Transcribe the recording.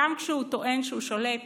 גם כשהוא טוען שהוא שולט